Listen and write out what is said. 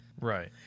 Right